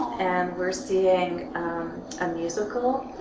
and we're seeing a musical,